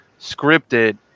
scripted